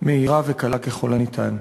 מהירה וקלה ככל הניתן.